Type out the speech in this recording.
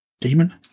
demon